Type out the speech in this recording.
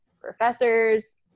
professors